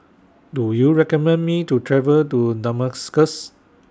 Do YOU recommend Me to travel to Damascus